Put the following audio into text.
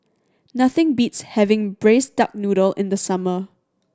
nothing beats having Braised Duck Noodle in the summer